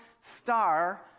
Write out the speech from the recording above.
star